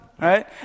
Right